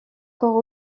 corps